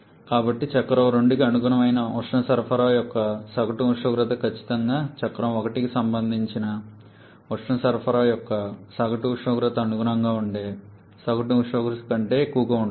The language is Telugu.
కాబట్టి చక్రం 2కి అనుగుణమైన ఉష్ణ సరఫరా యొక్క సగటు ఉష్ణోగ్రత ఖచ్చితంగా చక్రం 1కి సంబంధించిన ఉష్ణ సరఫరా యొక్క సగటు ఉష్ణోగ్రతకు అనుగుణంగా ఉండే సగటు ఉష్ణోగ్రత కంటే ఎక్కువగా ఉంటుంది